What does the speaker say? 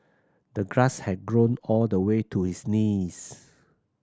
the grass had grown all the way to his knees